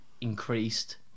increased